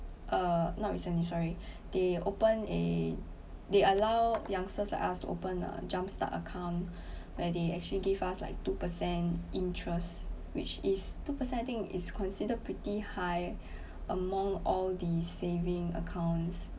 uh not recently sorry they open eh they allow youngsters like us to open a jump start account where they actually give us like two percent interest which is two percent I think is considered pretty high among all the saving accounts